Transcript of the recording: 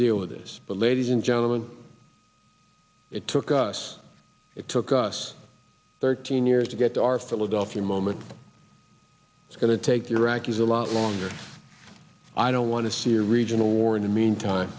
deal with this but ladies and gentlemen it took us it took us thirteen years to get to our philadelphia moment it's going to take the iraqis a lot longer i don't want to see a regional war in the meantime